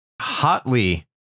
hotly